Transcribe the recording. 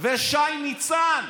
ושי ניצן.